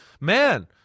man